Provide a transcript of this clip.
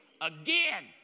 Again